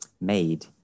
made